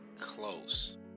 close